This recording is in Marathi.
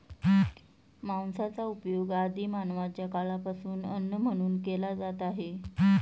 मांसाचा उपयोग आदि मानवाच्या काळापासून अन्न म्हणून केला जात आहे